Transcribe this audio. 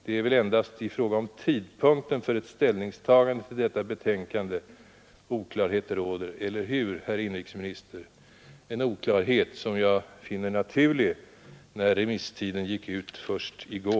Det är väl endast i fråga om tidpunkten för ett ställningstagande till detta betänkande oklarhet råder, eller hur, herr inrikesminister, en oklarhet som jag finner naturlig, när remisstiden gick ut först i går?